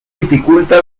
dificulta